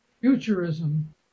Futurism